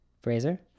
fraser